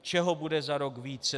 Čeho bude za rok více.